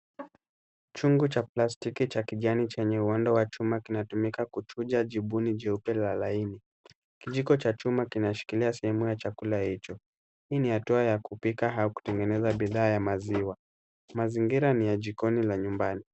Chungi cha plastiki cha kijani chenye uhondo wa chuma kinatumika kuchuja jibuni cheupe na laini. Kijiko cha chuma kinashikilia sehemu ya chakula hicho. Hii ni hatua ya kupika au kutengeneza bidhaa ya maziwa. Mazingira ni ya jikoni la nyumbani.